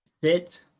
sit